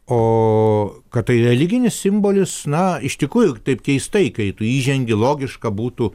o kad tai religinis simbolis na iš tikrųjų taip keistai kai tu įžengi logiška būtų